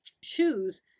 Shoes